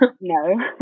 No